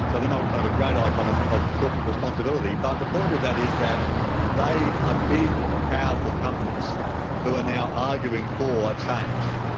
so they are not kind of a great icon of of corporate responsibility, but the point of that is that they are ah big powerful companies who are now arguing for change.